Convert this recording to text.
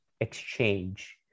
exchange